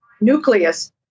nucleus